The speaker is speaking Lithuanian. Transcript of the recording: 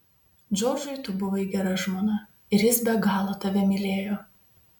džordžui tu buvai gera žmona ir jis be galo tave mylėjo